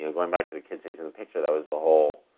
going back to the kid stays in the picture, that was the whole,